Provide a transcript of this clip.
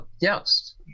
yes